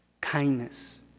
kindness